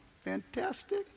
Fantastic